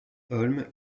holm